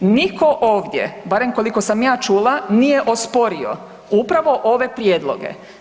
Nitko ovdje, barem koliko sam ja čula nije osporio upravo ove prijedloge.